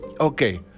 okay